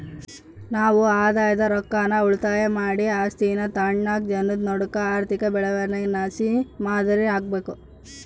ನಾವು ಆದಾಯದ ರೊಕ್ಕಾನ ಉಳಿತಾಯ ಮಾಡಿ ಆಸ್ತೀನಾ ತಾಂಡುನಾಕ್ ಜನುದ್ ನಡೂಕ ಆರ್ಥಿಕ ಬೆಳವಣಿಗೆಲಾಸಿ ಮಾದರಿ ಆಗ್ಬಕು